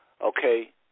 Okay